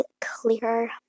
clear